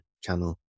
channel